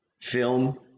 film